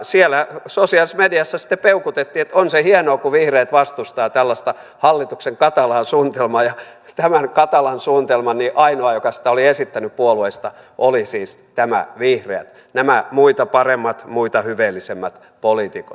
siellä sosiaalisessa mediassa sitten peukutettiin että on se hienoa kun vihreät vastustaa tällaista hallituksen katalaa suunnitelmaa ja ainoa joka tätä katalaa suunnitelmaa oli esittänyt puolueista oli siis vihreät nämä muita paremmat muita hyveellisemmät poliitikot